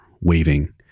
waving